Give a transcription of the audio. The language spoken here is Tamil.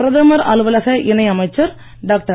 பிரதமர் அலுவலக இணை அமைச்சர் டாக்டர்